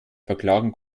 verklagen